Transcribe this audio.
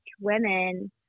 women